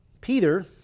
Peter